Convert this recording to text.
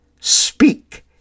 Speak